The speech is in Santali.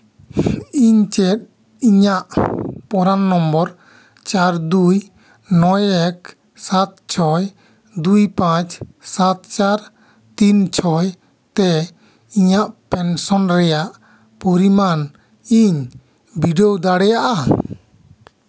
ᱤᱧ ᱪᱮᱫ ᱤᱧᱟᱹᱜ ᱯᱨᱟᱱ ᱱᱚᱢᱵᱚᱨ ᱪᱟᱨ ᱫᱩᱭ ᱱᱚᱭ ᱮᱠ ᱥᱟᱛ ᱪᱷᱚᱭ ᱫᱩᱭ ᱯᱟᱸᱪ ᱥᱟᱛ ᱪᱟᱨ ᱛᱤᱱ ᱪᱷᱚᱭ ᱛᱮ ᱤᱧᱟᱹᱜ ᱯᱮᱱᱥᱚᱱ ᱨᱮᱭᱟᱜ ᱯᱚᱨᱤᱢᱟᱱ ᱤᱧ ᱵᱤᱰᱟᱹᱣ ᱫᱟᱲᱮᱭᱟᱜᱼᱟ